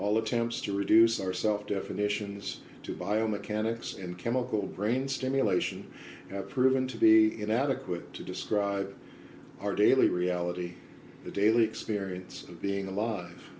all attempts to reduce our self definitions to biomechanics and chemical brain stimulation have proven to be inadequate to describe our daily reality the daily experience of being alive